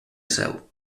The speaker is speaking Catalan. seu